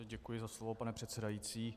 Děkuji za slovo, pane předsedající.